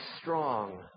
strong